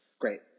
Great